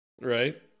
right